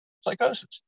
psychosis